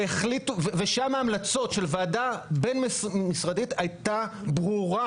ושם ההמלצות של ועדה בין-משרדית הייתה ברורה,